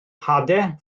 hadau